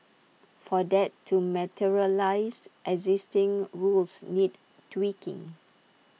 for that to materialise existing rules need tweaking